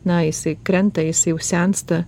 na jisai krenta jis jau sensta